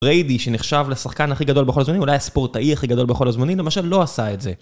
בריידי, שנחשב לשחקן הכי גדול בכל הזמנים, אולי הספורטאי הכי גדול בכל הזמנים, למשל, לא עשה את זה.